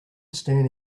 standing